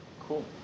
cool